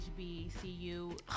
HBCU